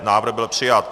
Návrh byl přijat.